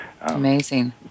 Amazing